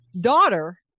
daughter